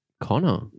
Connor